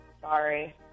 Sorry